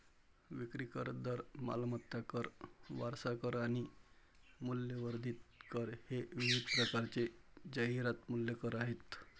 विक्री कर, दर, मालमत्ता कर, वारसा कर आणि मूल्यवर्धित कर हे विविध प्रकारचे जाहिरात मूल्य कर आहेत